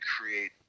create